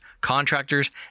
contractors